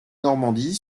normandie